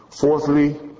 Fourthly